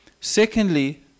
Secondly